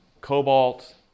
cobalt